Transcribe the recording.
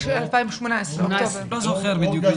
2018. לא זוכר בדיוק.